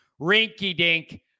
rinky-dink